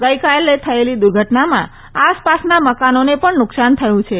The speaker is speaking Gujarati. ગઈકાલે થયેલી દુર્ઘટનામાં આસપાસની મકાનોને પણ નુકસાન થયું છે